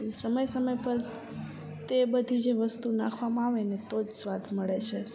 સમય સમય પર તે બધી જે વસ્તુ નાખવામાં આવે ને તો જ સ્વાદ મળે છે